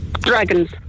dragons